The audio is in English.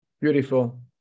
Beautiful